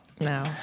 No